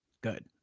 Good